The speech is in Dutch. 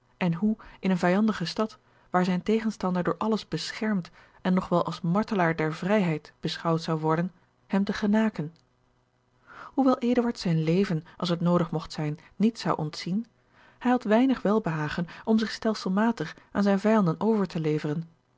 en hoe in eene vijandige stad waar zijn tegenstander door alles beschermd en nog wel als martelaar der vrijheid beschouwd zou worden hem te genaken hoewel eduard zijn leven als het noodig mogt zijn niet zou ontzien hij had weinig welbehagen om zich stelselmatig aan zijne vijanden over te leveren